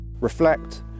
Reflect